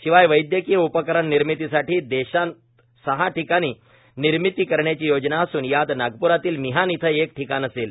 शिवाय वैद्यकीय उपकरण निर्मितीसाठी देशात सहा ठिकाणी निर्मिती करण्याची योजना असून यात नागपूरातील मिहान इथं एक ठिकाण असेल